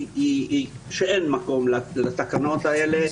שאין מקום לתקנות האלה,